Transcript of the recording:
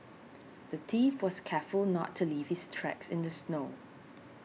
the thief was careful not to leave his tracks in the snow